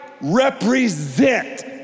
represent